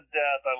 death